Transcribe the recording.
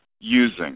using